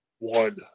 one